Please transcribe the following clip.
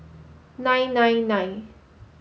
nine nine nine